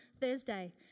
Thursday